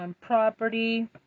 property